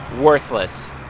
worthless